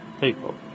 people